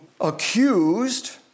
accused